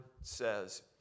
says